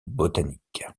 botanique